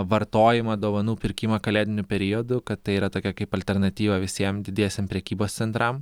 vartojimą dovanų pirkimą kalėdiniu periodu kad tai yra tokia kaip alternatyva visiem didiesiem prekybos centram